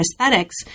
aesthetics